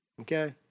Okay